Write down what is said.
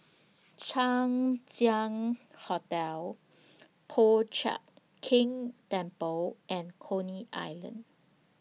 Chang Ziang Hotel Po Chiak Keng Temple and Coney Island